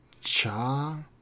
cha